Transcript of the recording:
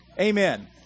Amen